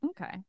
okay